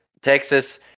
Texas